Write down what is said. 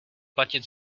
platit